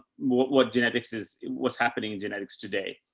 what what genetics is, what's happening in genetics today.